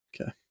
Okay